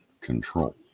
control